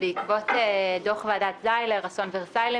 בעקבות דו"ח ועדת זיילר בעניין אסון ורסאי,